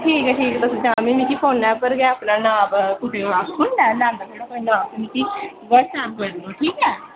ठीक ऐ ठीक ऐ तुस शामीं मिगी फोनै उप्पर गै अपना नांऽ नाप मिगी व्हाट्सऐप करी ओडे़ओ ठीक ऐ